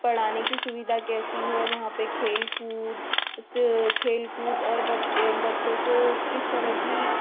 पढ़ाने की सुविधा कैसी है वहाँ पर खेलकूद खेलकूद और बच्च बच्चों को किस तरह की